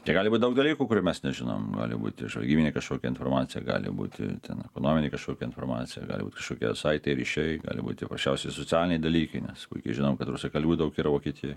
čia gali būt daug dalykų kurių mes nežinom gali būti žvalgybinė kažkokia informacija gali būti ten ekonominė kažkokia informacija gali būt kašokie saitai ryšiai gali būti prasčiausi socialiniai dalykai nes puikiai žinom kad rusakalbių daug yra vokietijoj